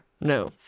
No